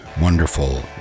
wonderful